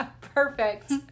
Perfect